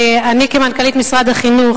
ואני כמנכ"לית משרד החינוך,